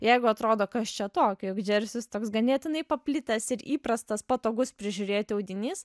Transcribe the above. jeigu atrodo kas čia tokio juk džersis toks ganėtinai paplitęs ir įprastas patogus prižiūrėti audinys